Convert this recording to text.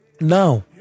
now